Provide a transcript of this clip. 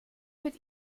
mit